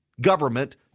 government